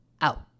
out